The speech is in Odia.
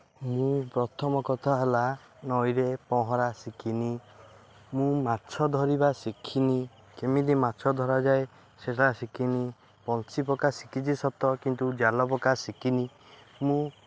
ମୁଁ ପ୍ରଥମ କଥା ହେଲା ନଈରେ ପହଁରା ଶିିଖିନି ମୁଁ ମାଛ ଧରିବା ଶିଖିନି କେମିତି ମାଛ ଧରାଯାଏ ସେଇଟା ଶିଖିନି ବନିଶି ପକା ଶିଖିଛି ସତ କିନ୍ତୁ ଜାଲ ପକା ଶିଖିନି ମୁଁ